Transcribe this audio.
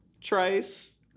Trice